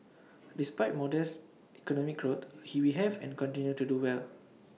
despite modest economic growth he we have and continue to do well